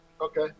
Okay